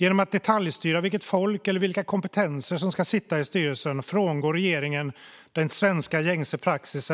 Genom att detaljstyra vilket folk eller vilka kompetenser som ska sitta i styrelsen frångår regeringen svensk praxis,